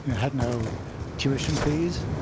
had no tuition fees